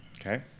Okay